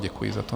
Děkuji za to.